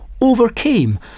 overcame